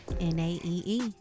N-A-E-E